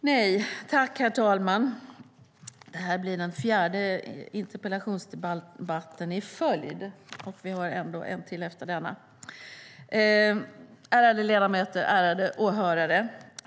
Herr talman! Ärade ledamöter, ärade åhörare!